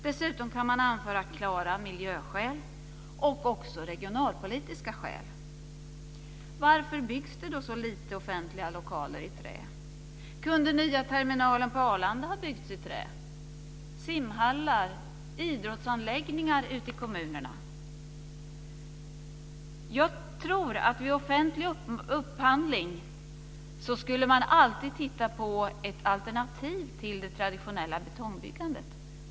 Dessutom kan man anföra klara miljöskäl och också regionalpolitiska skäl. Varför byggs det då så lite offentliga lokaler i trä? Kunde nya terminalen på Arlanda ha byggts i trä, liksom simhallar och idrottsanläggningar ute i kommunerna? Jag tror att man vid offentlig upphandling alltid borde se på alternativ till det traditionella betongbyggandet.